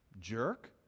jerk